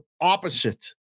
opposite